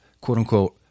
quote-unquote